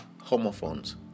homophones